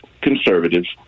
conservatives